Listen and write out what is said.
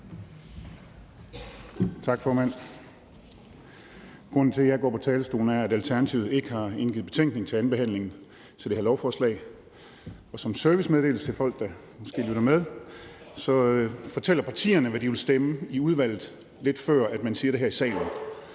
Tak, formand. Grunden til, at jeg går på talerstolen, er, at Alternativet ikke har indgivet betænkning til andenbehandlingen af det her lovforslag. Som en servicemeddelelse til folk, der måske lytter med, fortæller partierne, hvad de vil stemme, i udvalget, lidt før man siger det her i salen,